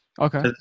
okay